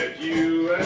ah you.